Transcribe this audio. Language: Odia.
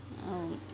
ଆଉ